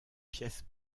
pièces